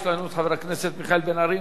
יש לנו חבר הכנסת מיכאל בן-ארי.